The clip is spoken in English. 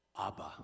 Abba